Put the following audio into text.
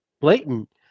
blatant